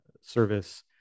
service